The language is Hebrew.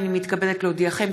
הינני מתכבדת להודיעכם,